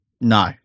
No